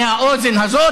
מהאוזן הזאת,